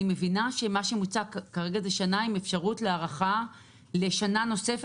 אני מבינה שמה שמוצע כרגע זה שנה עם אפשרות הארכה לשנה נוספת.